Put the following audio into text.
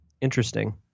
Interesting